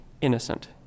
innocent